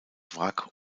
wrack